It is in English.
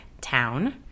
town